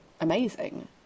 amazing